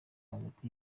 hagati